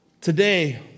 Today